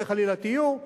חס וחלילה תהיו,